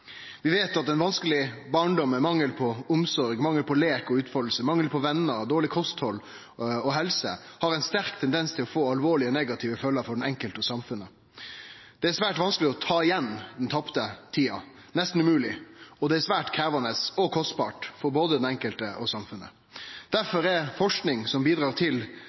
Vi veit at ein vanskeleg barndom med mangel på omsorg, mangel på leik og utfalding, mangel på vener, dårleg kosthald og helse har ein sterk tendens til å få alvorlege, negative følgjer for den enkelte og for samfunnet. Det er svært vanskeleg å ta igjen den tapte tida, nesten umogleg, og det er svært krevjande og kostbart for både den enkelte og samfunnet. Difor er forsking som